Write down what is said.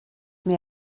mir